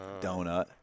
Donut